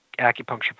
acupuncture